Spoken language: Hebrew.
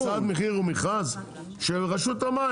הרי הם צריכים להשתתף בהצעת מחיר או מכרז של רשות המים,